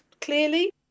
clearly